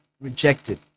rejected